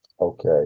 Okay